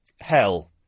hell